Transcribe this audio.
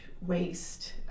waste